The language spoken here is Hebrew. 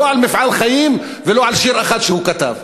לא על מפעל חיים ולא על שיר אחד שהוא כתב.